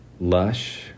lush